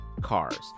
cars